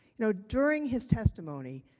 you know during his testimony,